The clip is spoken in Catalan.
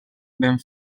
ben